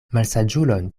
malsaĝulon